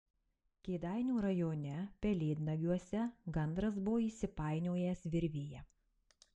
kėdainių rajone pelėdnagiuose gandras buvo įsipainiojęs virvėje